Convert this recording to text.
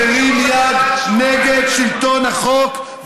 מרים יד נגד שלטון החוק,